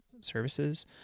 services